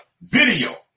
Video